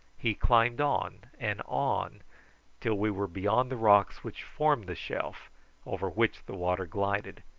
he climbed on and on till we were beyond the rocks which formed the shelf over which the water glided,